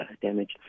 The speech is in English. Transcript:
damage